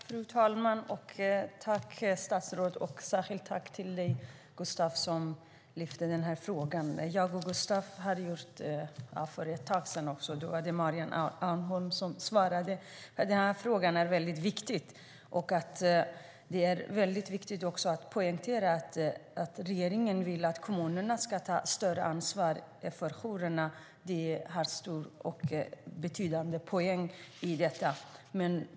Fru talman! Tack, statsrådet! Och särskilt tack till Gustav, som lyfte upp frågan! Gustav och jag gjorde det för ett tag sedan också, och då var det Maria Arnholm som svarade. Den här frågan är väldigt viktig. Det är också väldigt viktigt att poängtera att regeringen vill att kommunerna ska ta större ansvar för jourerna. Det är en stor och betydande poäng i detta.